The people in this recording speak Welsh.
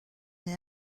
neu